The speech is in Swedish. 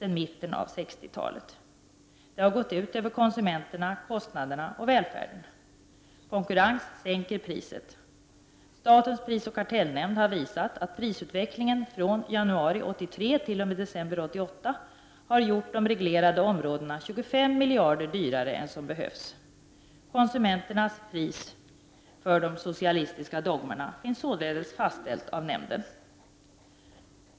Detta har gått ut över konsumenterna, kostnaderna och välfärden. Konkurrens sänker priset. Statens prisoch kartellnämnd har visat att prisutvecklingen från januari 1983 t.o.m. december 1988 har gjort de reglerade områdena 25 miljarder kronor dyrare än som behövs. Det pris konsumenterna får betala för de sociala dogmerna finns således fastställt av nämnden.